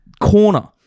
corner